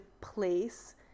place